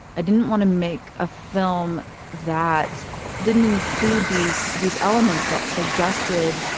i didn't want to make a film that didn't include these these elements that suggested